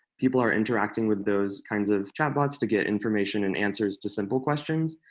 people are interacting with those kinds of chat bots to get information and answers to simple questions.